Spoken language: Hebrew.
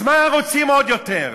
אז מה רוצים עוד יותר?